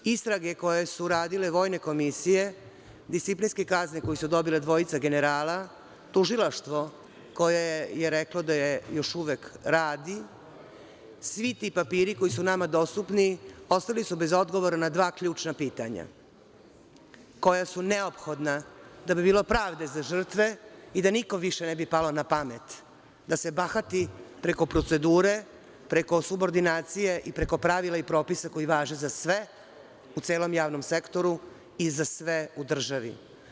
Istrage koje su radile vojne komisije, disciplinske kazne koje su dobile dvojica generala, tužilaštvo koje je reklo da još uvek radi, svi ti papiri koji su nama dostupni, ostali su bez odgovora na dva ključna pitanja koja su neophodna da bi bilo pravde za žrtve i da nikom više ne bi palo na pamet da se bahati preko procedure, preko subordinacije i preko pravila i propisa koji važe za sve u celom javnom sektoru i za sve u državi.